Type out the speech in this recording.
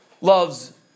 Loves